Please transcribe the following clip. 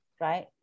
right